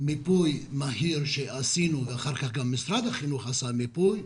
מיפוי מהיר שעשינו ואחר כך גם משרד החינוך עשה מיפוי,